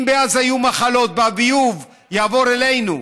אם בעזה יהיו מחלות והביוב יעבור אלינו,